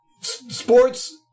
sports